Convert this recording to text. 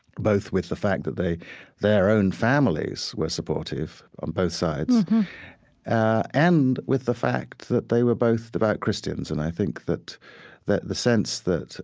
both with the fact that their own families were supportive on both sides and with the fact that they were both devout christians. and i think that that the sense that